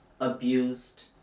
abused